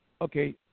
okay